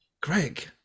Greg